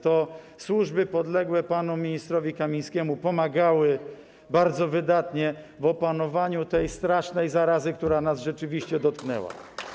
To służby podległe panu ministrowi Kamińskiemu bardzo wydatnie pomagały w opanowaniu tej strasznej zarazy, która nas rzeczywiście dotknęła.